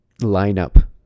lineup